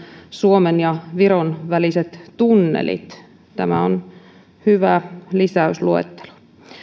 suomen ja viron väliset tunnelit tämä on hyvä lisäys luetteloon